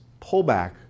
pullback